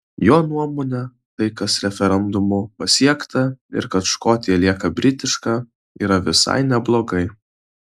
jo nuomone tai kas referendumu pasiekta ir kad škotija lieka britiška yra visai neblogai